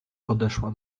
podeszła